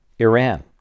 Iran